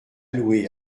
louer